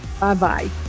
Bye-bye